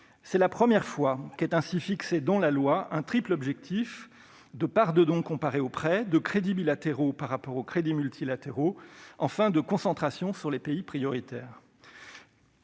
C'est la première fois qu'est ainsi fixé dans la loi un triple objectif : part comparée des dons et des prêts ; part des crédits bilatéraux par rapport aux crédits multilatéraux ; concentration sur les pays prioritaires.